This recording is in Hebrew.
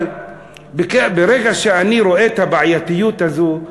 אבל ברגע שאני רואה את הבעייתיות הזאת,